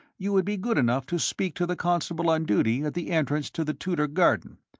you would be good enough to speak to the constable on duty at the entrance to the tudor garden.